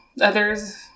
others